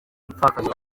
umupfakazi